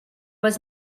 was